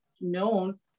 known